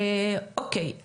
אוקיי,